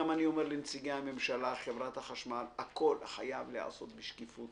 אני אומר גם לנציגי הממשלה ולחברת החשמל שהכול חייב להיעשות בשקיפות